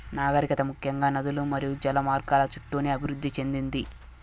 నాగరికత ముఖ్యంగా నదులు మరియు జల మార్గాల చుట్టూనే అభివృద్ది చెందింది